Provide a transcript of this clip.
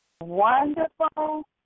wonderful